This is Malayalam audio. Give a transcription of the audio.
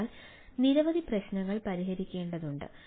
അതിനാൽ നിരവധി പ്രശ്നങ്ങൾ പരിഹരിക്കേണ്ടതുണ്ട്